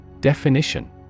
definition